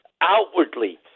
outwardly